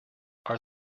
are